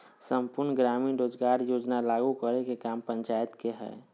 सम्पूर्ण ग्रामीण रोजगार योजना लागू करे के काम पंचायत के हय